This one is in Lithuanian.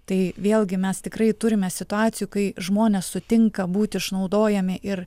tai vėlgi mes tikrai turime situacijų kai žmonės sutinka būti išnaudojami ir